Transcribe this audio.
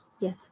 Yes